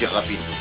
rapide